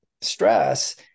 stress